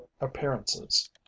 appearances